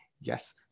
Yes